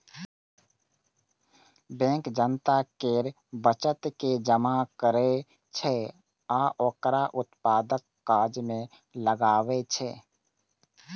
bank जनता केर बचत के जमा करै छै आ ओकरा उत्पादक काज मे लगबै छै